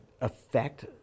affect